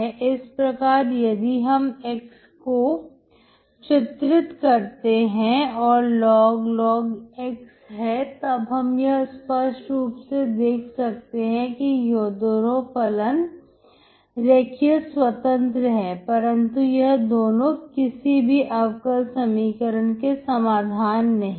इस प्रकार यदि हम x को चित्रित करते हैं और loglog x तब हम यह स्पष्ट रूप से देख सकते हैं कि यह दोनों फलन रेखीय स्वतंत्र हैं परंतु यह दोनों किसी भी अवकल समीकरण के समाधान नहीं है